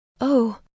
Oh